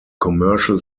commercial